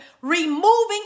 removing